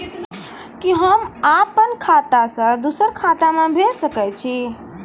कि होम आप खाता सं दूसर खाता मे भेज सकै छी?